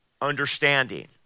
understanding